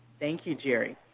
thank you, jerry.